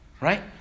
right